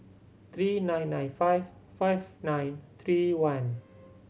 three nine nine five five nine three one